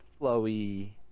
flowy